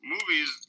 Movies